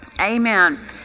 Amen